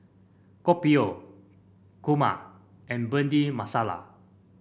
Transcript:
Kopi O Kurma and Bhindi Masala